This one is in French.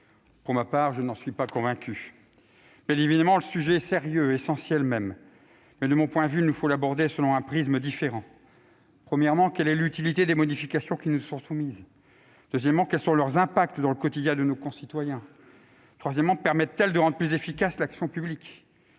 fond ? Je n'en suis pas convaincu. Bien évidemment, le sujet est sérieux- essentiel même -, mais, de mon point de vue, il nous faut l'aborder selon un prisme différent. Quelle est l'utilité des modifications qui nous sont soumises ? Quels sont leurs impacts dans le quotidien de nos concitoyens ? Permettent-elles de rendre plus efficace l'action publique ?